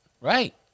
Right